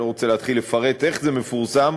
אני לא רוצה להתחיל לפרט איך זה מתפרסם,